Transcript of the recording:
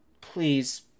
Please